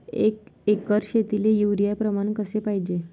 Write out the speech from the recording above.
एक एकर शेतीले युरिया प्रमान कसे पाहिजे?